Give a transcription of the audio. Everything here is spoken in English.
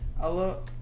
Hello